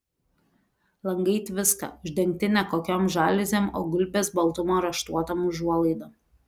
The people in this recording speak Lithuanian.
langai tviska uždengti ne kokiom žaliuzėm o gulbės baltumo raštuotom užuolaidom